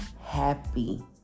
happy